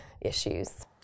issues